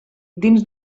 dins